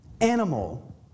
animal